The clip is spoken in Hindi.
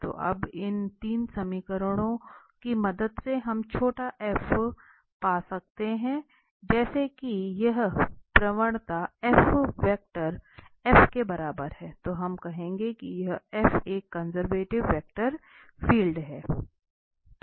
तो अब इन 3 समीकरणों की मदद से हम छोटा f पा सकते हैं जैसे कि यह प्रवणता f वेक्टर F के बराबर है तो हम कहेंगे कि यह F एक कंजर्वेटिव वेक्टर फील्ड है